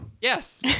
Yes